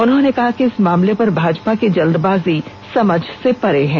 उन्होंने कहा कि इस मामले पर भाजपा की जल्दबाजी समझ से परे है